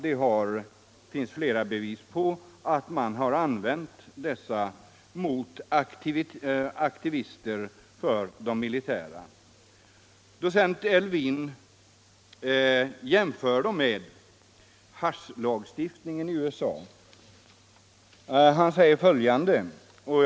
Det finns flera bevis på att man använt dessa mot personer som verkat aktivt inom det militära. Docent Elwin jämför dessa bestämmelser med haschlagstiftningen i USA.